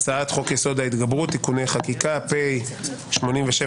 הצעת חוק-יסוד: ההתגברות (תיקוני חקיקה), פ/87/25,